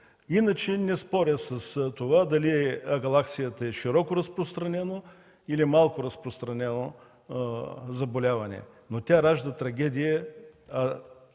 Иначе не споря с това дали агалаксията е широко или малко разпространено заболяване, но тя ражда трагедия, а